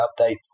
updates